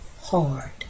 hard